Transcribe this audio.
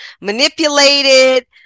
manipulated